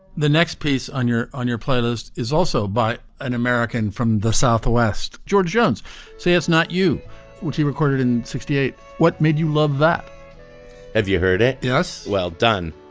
the next piece on your on your playlist is also by an american from the southwest george jones say it's not you which he recorded in sixty eight. what made you love that have you heard it. yes. well done.